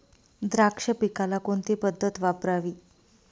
द्राक्ष पिकाला कोणती पद्धत वापरावी?